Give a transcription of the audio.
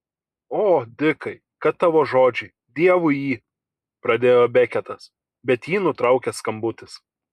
o dikai kad tavo žodžiai dievui į pradėjo beketas bet jį nutraukė skambutis